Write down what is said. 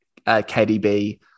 KDB